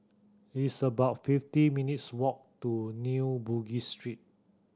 it's about fifty minutes' walk to New Bugis Street